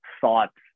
thoughts